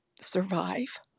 survive